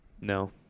No